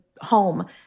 home